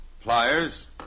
pliers